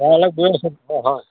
গৈ আছোঁ হয় হয়